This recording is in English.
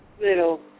little